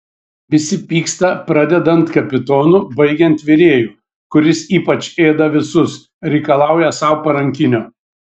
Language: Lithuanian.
visi pyksta pradedant kapitonu baigiant virėju kuris ypač ėda visus reikalauja sau parankinio